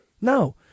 No